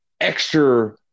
extra –